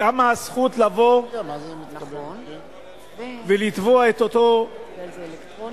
קמה הזכות לבוא ולתבוע את אותו גוף,